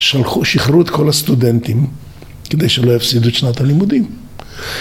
שלחו, שחררו את כל הסטודנטים כדי שלא יפסידו את שנת הלימודים